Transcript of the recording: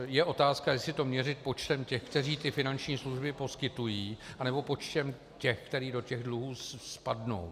Je otázka, jestli to měřit počtem těch, kteří ty finanční služby poskytují, anebo počtem těch, kteří do těch dluhů spadnou.